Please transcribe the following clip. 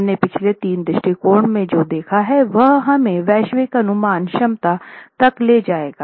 हमने पिछले तीन दृष्टिकोणों में जो देखा है वह हमें वैश्विक अनुमान क्षमता तक ले जाएगा